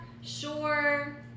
sure